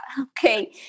Okay